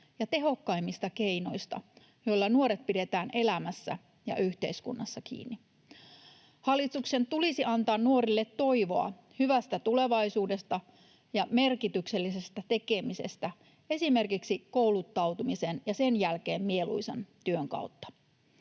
ja tehokkaimmista keinoista, joilla nuoret pidetään elämässä ja yhteiskunnassa kiinni. Hallituksen tulisi antaa nuorille toivoa hyvästä tulevaisuudesta ja merkityksellisestä tekemisestä esimerkiksi kouluttautumisen ja sen jälkeen mieluisan työn kautta.